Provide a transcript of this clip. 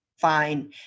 fine